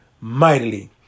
mightily